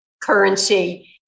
currency